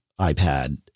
iPad